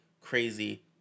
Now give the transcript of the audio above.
crazy